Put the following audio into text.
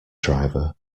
driver